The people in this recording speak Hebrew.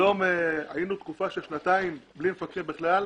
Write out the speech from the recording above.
היום היינו תקופה של שנתיים בלי מפקחים בכלל,